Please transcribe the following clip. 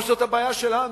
או שזאת הבעיה שלנו?